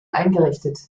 eingerichtet